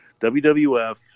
WWF